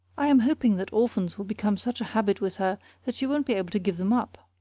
i am hoping that orphans will become such a habit with her that she won't be able to give them up.